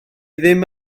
ddim